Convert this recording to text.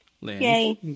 yay